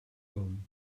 home